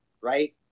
right